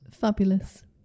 Fabulous